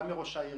גם מראש העיר,